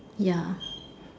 ya